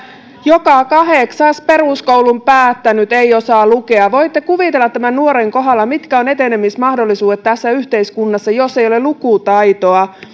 joka kahdeksas peruskoulun päättänyt ei osaa lukea voitte kuvitella tällaisen nuoren kohdalla mitkä ovat etenemismahdollisuudet tässä yhteiskunnassa jos ei ole lukutaitoa